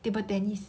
table tennis